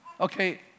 Okay